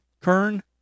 Kern